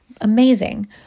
amazing